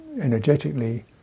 energetically